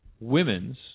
women's